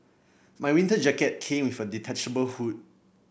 my winter jacket came with a detachable hood